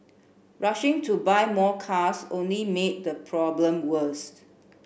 rushing to buy more cars only made the problem worst